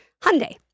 Hyundai